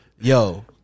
Yo